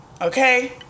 okay